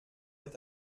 est